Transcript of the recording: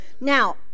Now